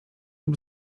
lub